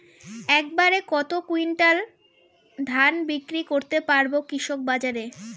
এক বাড়ে কত কুইন্টাল ধান বিক্রি করতে পারবো কৃষক বাজারে?